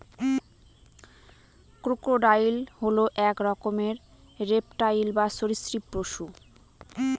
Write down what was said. crocodile হল এক রকমের রেপ্টাইল বা সরীসৃপ পশু